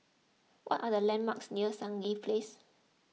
what are the landmarks near Stangee Place